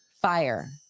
fire